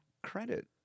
credit